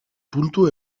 puntu